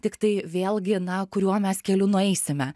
tiktai vėlgi na kuriuo mes keliu nueisime